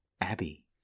Abby